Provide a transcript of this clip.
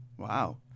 Wow